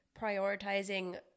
prioritizing